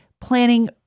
planning